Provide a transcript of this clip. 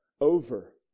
over